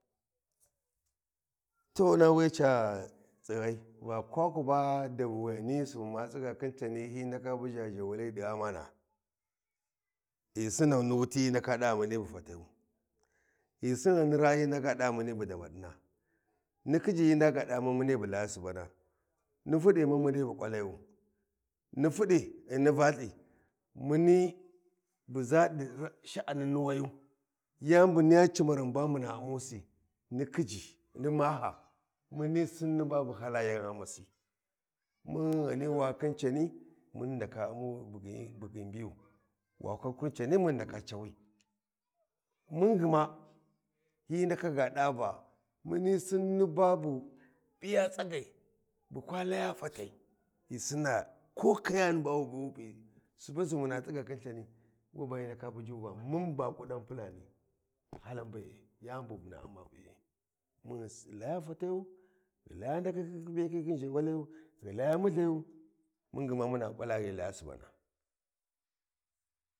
To na wiya ca tsighai va kwaku ba davawiyani subu ma tsiga khin cani a naka buya zhewali ɗi gha mana, ghi sinnau ni wuti hyi ndaka ɗa muni bu fatayu, ghi Sirma ni raa hyi ndaka ɗa muni bu dabaɗina, ni khijji hyi ndaka gha ɗa mun hyi bu laya subana ni fuɗɗi mun muni bu kwatayu ʒha ɗi sh’anin ni wayu yani bu niyya cimaran ba muna ummusi, ni khijji ni ghamasi, mun ghani wa khin cani mun ghi ndaka ummu bugi bu bagi ɓiyu wa kwa khin cani mu ghu ndaka cawi mun gma hyi ndaka ga ɗa Va mun muni Sinni ba bu P’iyatsagai bu kwa laya fatai ghi Sinna ko kayana ba wu bhuwi wi P’i Suban Subu muna tsiga khin lthini wai ba hyi ndaka buja Va mun Bako Dafulani, halan be’e yani bu muna umma be’e mun ghi laya fatayu ghi ghi laya multhi yu mun ga muna ƙwala’a ghi kaya subana.